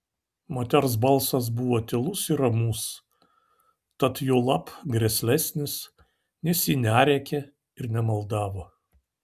moters balsas buvo tylus ir ramus tad juolab grėslesnis nes ji nerėkė ir nemaldavo